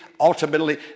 ultimately